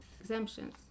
exemptions